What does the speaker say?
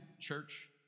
church